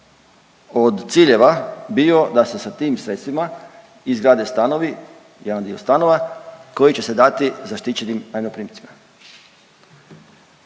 od ciljeva bio da se sa tim sredstvima izgrade stanovi, jedan dio stanova koji će se dati zaštićenim najmoprimcima.